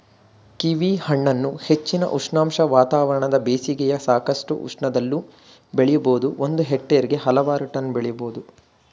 ಕೀವಿಹಣ್ಣನ್ನು ಹೆಚ್ಚಿನ ಉಷ್ಣಾಂಶ ವಾತಾವರಣದ ಬೇಸಿಗೆಯ ಸಾಕಷ್ಟು ಉಷ್ಣದಲ್ಲೂ ಬೆಳಿಬೋದು ಒಂದು ಹೆಕ್ಟೇರ್ಗೆ ಹಲವಾರು ಟನ್ ಬೆಳಿಬೋದು